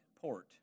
port